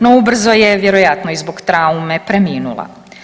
No, ubrzo je vjerojatno i zbog traume preminula.